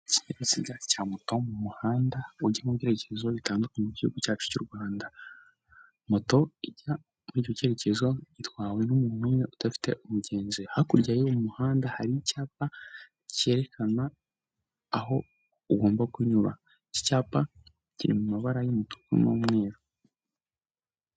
Ikinyabiziga cya moto mu muhanda ujya mu byerekezo bitandukanye by'igihugu cyacu cy'u Rwanda, moto ijya muri icyo cyerekezo gitwawe n'umuntu umwe udafite umugenzi hakurya y'umuhanda hari icyapa cyerekana aho ugomba kunyura, iki icyapa kiri mu mabara y'umutuku n'umweru.